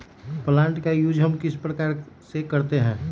Plant का use हम किस प्रकार से करते हैं?